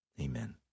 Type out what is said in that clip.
Amen